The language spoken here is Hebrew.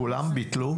כולם ביטלו?